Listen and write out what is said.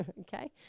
okay